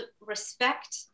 respect